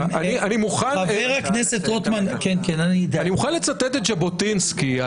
אני מוכן לצטט את ז'בוטינסקי,